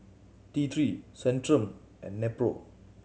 T Three Centrum and Nepro